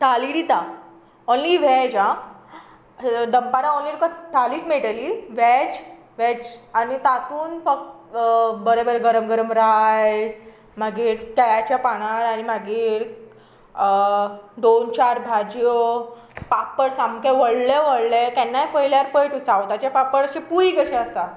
थाली दिता only veg आ दनपारा ओन्ली तुका थालीच मेयटली वेज आनी तातूंन फक्त बरे बरे गरम रायस मागीर केळाच्या पानार आनी मागीर दोन चार भाज्यो पापड सामके व्हडले व्हडले केन्नाय पयल्यार पय तूं सावताचे पापड अशे पुरी कशी आसता